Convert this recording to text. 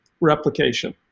replication